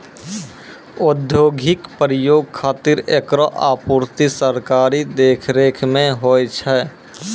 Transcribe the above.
औद्योगिक प्रयोग खातिर एकरो आपूर्ति सरकारी देखरेख म होय छै